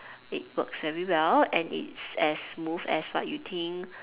it works very well and it's as smooth as what you think